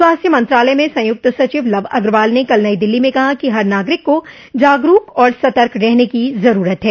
स्वास्थ्य मंत्रालय में संयुक्त सचिव लव अग्रवाल ने कल नई दिल्ली में कहा कि हर नागरिक को जागरुक और सतर्क रहने की जरूरत है